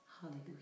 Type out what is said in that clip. hallelujah